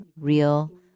real